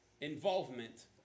involvement